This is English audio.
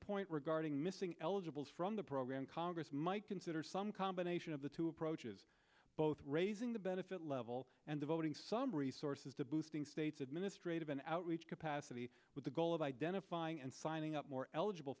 point regarding missing eligibles from the program congress might consider some combination of the two approaches both raising the benefit level and devoting some resources to boosting state's administrative an outreach capacity with the goal of identifying and signing up more eligible